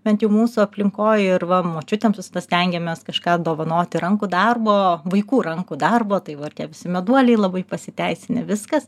bent jau mūsų aplinkoj ir va močiutėms visada stengiamės kažką dovanoti rankų darbo vaikų rankų darbo tai va ir tie visi meduoliai labai pasiteisinę viskas